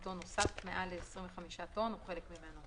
צו המחסנים);טון, או חלק ממנו